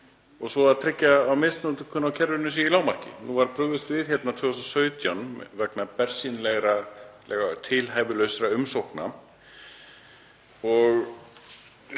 og svo að tryggja að misnotkun á kerfinu sé í lágmarki. Nú var brugðist við 2017 vegna bersýnilega tilhæfulausra umsókna.